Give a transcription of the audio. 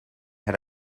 had